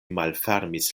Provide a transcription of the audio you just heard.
malfermis